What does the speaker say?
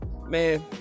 man